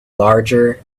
larger